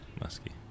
Musky